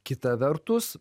kita vertus